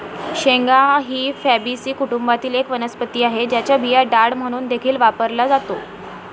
शेंगा ही फॅबीसी कुटुंबातील एक वनस्पती आहे, ज्याचा बिया डाळ म्हणून देखील वापरला जातो